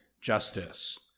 justice